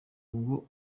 ngo